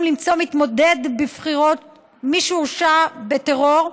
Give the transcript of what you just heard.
למצוא מתמודד בבחירות שהורשע בטרור,